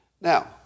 Now